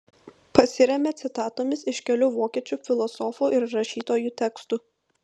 pasiremia citatomis iš kelių vokiečių filosofų ir rašytojų tekstų